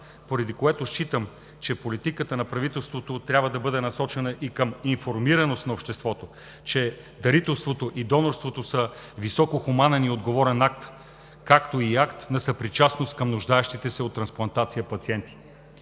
поради което считам, че политиката на правителството трябва да бъде насочена и към информираност на обществото, че дарителството и донорството са високохуманен и отговорен акт, както и акт на съпричастност към нуждаещите се от трансплантация пациенти.